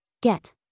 Get